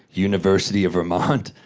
university of vermont?